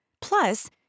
Plus